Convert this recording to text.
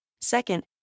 Second